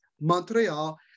Montreal